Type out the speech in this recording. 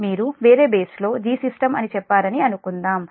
మీరు వేరే బేస్ లో Gsystem అని చెప్పారని అనుకుందాం